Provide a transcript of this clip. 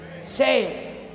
Say